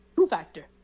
Two-factor